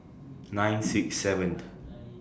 nine six seven